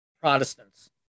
Protestants